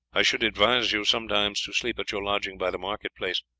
i should advise you sometimes to sleep at your lodging by the market-place.